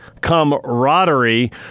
camaraderie